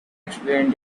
explain